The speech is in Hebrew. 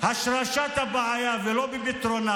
בהשרשת הבעיה ולא בפתרונה.